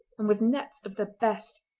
and with nets of the best.